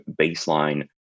baseline